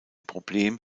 problem